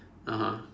(uh huh)